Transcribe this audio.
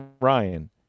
Ryan